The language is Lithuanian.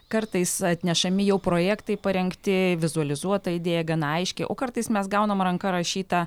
kartais atnešami jau projektai parengti vizualizuota idėja gana aiški o kartais mes gaunam ranka rašytą